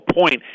point